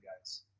guys